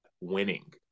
winning